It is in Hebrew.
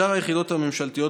בשאר היחידות הממשלתיות,